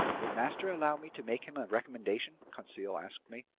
will master allow me to make him a recommendation? conseil asked me.